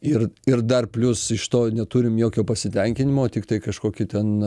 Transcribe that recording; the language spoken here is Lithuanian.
ir ir dar plius iš to neturim jokio pasitenkinimo tiktai kažkokį ten